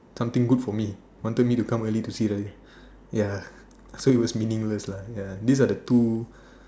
something good for me wanted me to come early to see like ya so it's meaningless lah these are the two